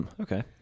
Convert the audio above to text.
okay